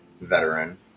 veteran